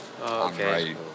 Okay